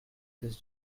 this